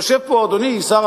יושב פה אדוני השר